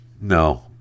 No